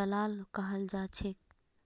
दलाल कहाल जा छे